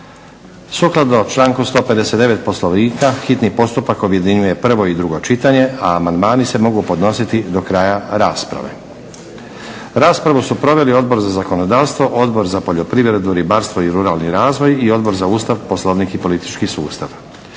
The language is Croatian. Sukladno članku 159. Poslovnika hitni postupak objedinjuje prvo i drugo čitanje. Amandmani se mogu podnositi do kraja rasprave. Raspravu su proveli Odbor za zakonodavstvo, Odbor za poljoprivredu, ribarstvo i ruralni razvoj i Odbor za Ustav, Poslovnik i politički sustav.